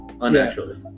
unnaturally